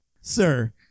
sir